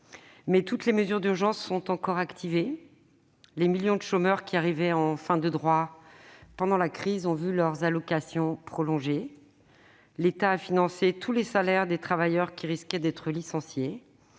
mais toutes les mesures d'urgence sont encore activées. Les millions de chômeurs qui arrivaient en fin de droits pendant la crise ont vu leurs allocations prolongées ; l'État a financé tous les salaires des travailleurs qui risquaient d'être licenciés